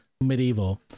medieval